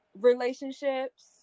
relationships